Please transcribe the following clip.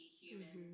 human